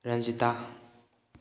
Ranjita